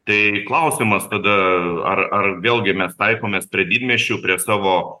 tai klausimas tada ar ar vėlgi mes taikomės prie didmiesčių prie savo